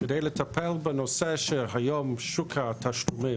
כדי לטפל בנושא שהיום שוק התשלומים